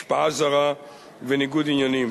השפעה זרה וניגוד עניינים.